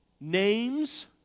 names